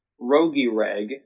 Rogiereg